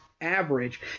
average